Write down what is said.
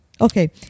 Okay